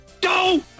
Go